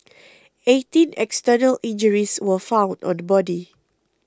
eighteen external injuries were found on the body